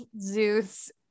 Zeus